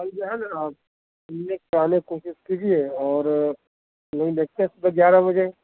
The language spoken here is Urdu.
کل جو ہے نا آپ کلینک پہ آنے کی کوشش کیجیے اور یہی بیٹھتے ہیں صبح گیارہ بجے